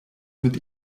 mit